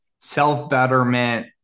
self-betterment